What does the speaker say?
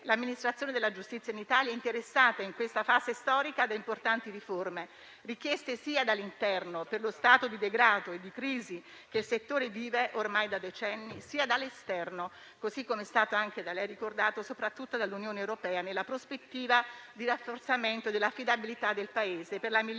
L'amministrazione della giustizia in Italia è interessata, in questa fase storica, da importanti riforme, richieste sia dall'interno, per lo stato di degrado e di crisi che il settore vive ormai da decenni, sia dall'esterno, così come è stato anche da lei ricordato, soprattutto dall'Unione europea, nella prospettiva di rafforzamento dell'affidabilità del Paese per la migliore